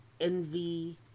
envy